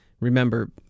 Remember